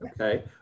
okay